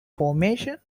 formation